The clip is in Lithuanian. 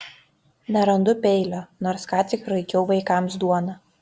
nerandu peilio nors ką tik raikiau vaikams duoną